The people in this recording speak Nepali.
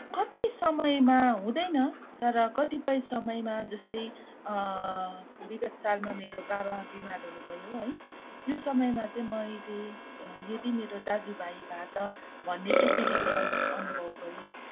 कति समयमा हुँदैन तर कतिपय समयमा जस्तै विगत सालमा मेरो बाबा बिमार हुनुभयो है त्यो समयमा चाहिँ मैले यदि मेरो दाजुभाइ भए त भन्ने चाहिँ त्यतिबेला मैले अनुभव गरेँ